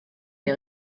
des